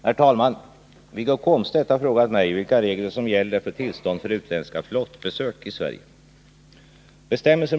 Herr talman! Wiggo Komstedt har frågat mig vilka regler som gäller för tillstånd för utländska flottbesök i Sverige.